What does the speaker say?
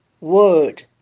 word